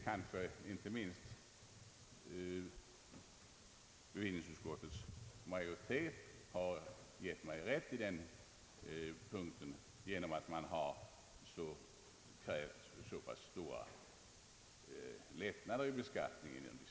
Kanske inte minst bevillningsutskottets majoritet har givit mig rätt på den punkten genom att man har krävt så pass stora lättnader i beskattningen dispensvägen.